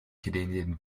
canadian